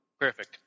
Perfect